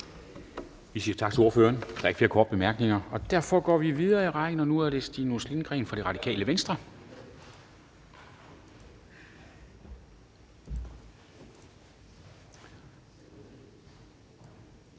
tak til ordføreren. Der er ikke flere korte bemærkninger. Derfor går vi videre i rækken, og nu er det Stinus Lindgreen fra Det Radikale Venstre. Kl.